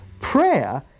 Prayer